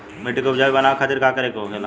मिट्टी की उपजाऊ बनाने के खातिर का करके होखेला?